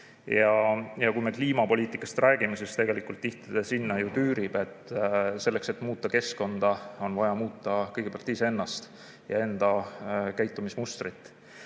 Ja kui me kliimapoliitikast räägime, siis tegelikult ta sinna ju tüürib. Selleks, et muuta keskkonda, on vaja muuta kõigepealt iseennast ja enda käitumismustrit.